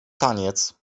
taniec